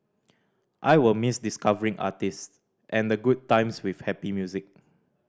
I will miss discovering artist and the good times with happy music